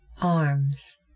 arms